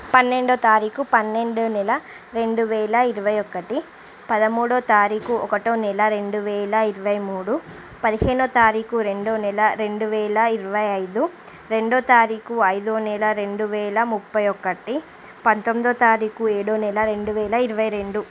పన్నెండవ తారీఖు పన్నెండవ నెల రెండు వేల ఇరవై ఒకటి పదమూడో తారీఖు ఒకటో నెల రెండు వేల ఇరవై మూడు పదిహేనో తారీఖు రెండవ నెల రెండు వేల ఇరవై ఐదు రెండో తారీఖు ఐదో నెల రెండు వేల ముప్పై ఒకటి పంతొమ్మిదో తారీఖు ఏడో నెల రెండు వేల ఇరవై రెండు